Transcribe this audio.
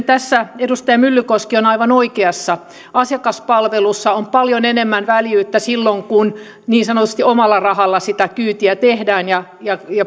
tässä edustaja myllykoski on aivan oikeassa asiakaspalvelussa on paljon enemmän väljyyttä silloin kun niin sanotusti omalla rahalla sitä kyytiä tehdään ja ja